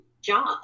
job